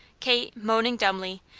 kate, moaning dumbly,